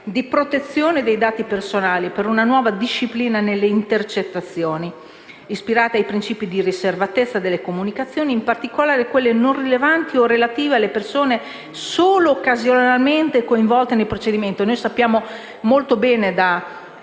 di protezione dei dati personali) e per una nuova disciplina delle intercettazioni. Quest'ultima si dovrà ispirare a principi di riservatezza delle comunicazioni (in particolare, quelle non rilevanti o relative alle persone solo occasionalmente coinvolte nel procedimento: sappiamo molto bene come